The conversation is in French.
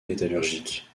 métallurgique